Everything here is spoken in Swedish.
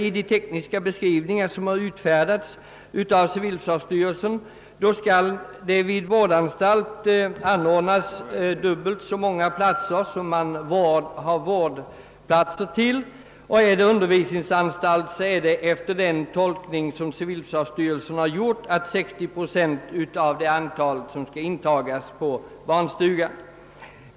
I de tekniska beskrivningar som utfärdats av civilförsvarsstyrelsen föreskrives att det vid vårdanstalt skall anordnas dubbelt så många platser i skyddsrum som man har vårdplatser, och är det undervisningsanstalt så är antalet platser med den tolkning som civilförsvarsstyrelsen har gjort 60 procent av det antal barn som omhändertas på barnstuga.